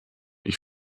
ich